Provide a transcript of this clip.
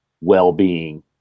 well-being